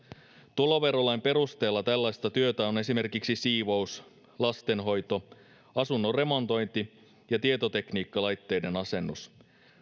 tuloverolain perusteella tällaista työtä on esimerkiksi siivous lastenhoito asunnon remontointi ja tietotekniikkalaitteiden asennus